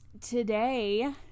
today